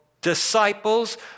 disciples